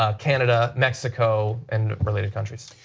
ah canada, mexico, and related countries.